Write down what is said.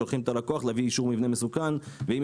שולחים את הלקוח להביא אישור מבנה מסוכן ואם